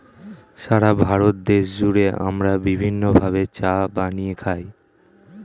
সারা ভারত দেশ জুড়ে আমরা বিভিন্ন ভাবে চা বানিয়ে খাই